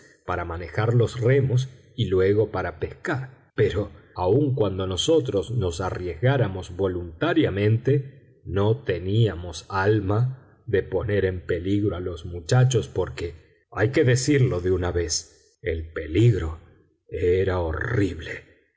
para manejar los remos y luego para pescar pero aun cuando nosotros nos arriesgáramos voluntariamente no teníamos alma de poner en peligro a los muchachos porque hay que decirlo de una vez el peligro era horrible